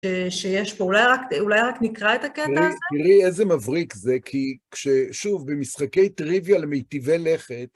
שיש פה אולי רק, אולי רק נקרא את הקטע הזה? תראי איזה מבריק זה, כי כששוב, במשחקי טריוויה למיטיבי לכת,